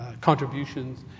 contributions